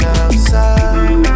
outside